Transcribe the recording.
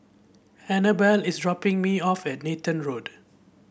Annabell is dropping me off at Nathan Road